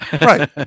right